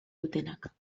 dutenak